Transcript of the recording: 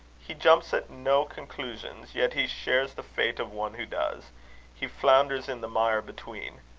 he jumps at no conclusions yet he shares the fate of one who does he flounders in the mire between.